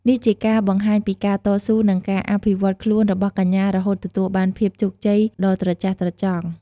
នេះជាការបង្ហាញពីការតស៊ូ និងការអភិវឌ្ឍន៍ខ្លួនរបស់កញ្ញារហូតទទួលបានភាពជោគជ័យដ៏ត្រចះត្រចង់។